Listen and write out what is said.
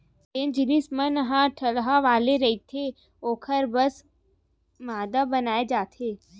जेन जिनिस मन ह थरहा वाले रहिथे ओखर बर मांदा बनाए जाथे